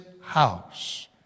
house